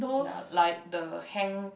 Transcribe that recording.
uh like the hang